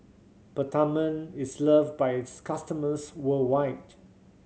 Peptamen is loved by its customers worldwide